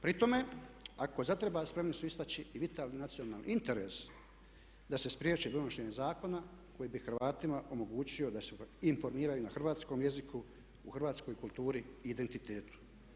Pri tome, ako zatreba spremni su istači i vitalni nacionalni interes da se spriječi donošenje zakona koji bi Hrvatima omogućio da se informiraju na hrvatskom jeziku u hrvatskoj kulturi i identitetu.